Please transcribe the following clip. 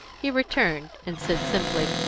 he returned, and said simply,